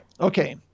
Okay